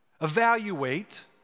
evaluate